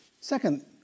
Second